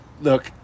look